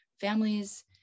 families